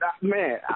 man